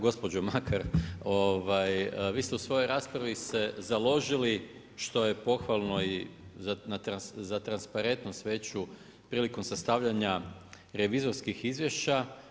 Gospođo Makar, vi ste u svojoj raspravi se založili što je pohvalno i za transparentnost veću prilikom sastavljanja revizorskih izvješća.